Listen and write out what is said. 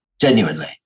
Genuinely